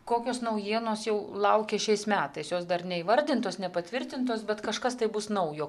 kokios naujienos jau laukia šiais metais jos dar neįvardintos nepatvirtintos bet kažkas tai bus naujo